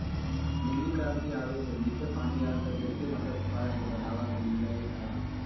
नीली क्रांति आवे से मीठे पानी या अंतर्देशीय मत्स्य पालन के बढ़ावा मिल लय हय